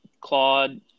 Claude